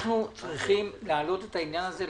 אנחנו צריכים להעלות את העניין הזה,